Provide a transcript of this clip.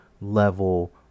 level